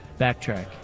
backtrack